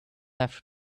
have